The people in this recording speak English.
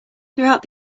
throughout